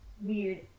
weird